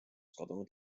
kadunud